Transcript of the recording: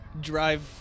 drive